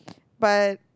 but